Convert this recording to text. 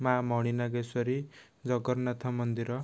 ମା' ମଣି ନାଗେଶ୍ୱରୀ ଜଗନ୍ନାଥ ମନ୍ଦିର